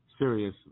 serious